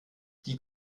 die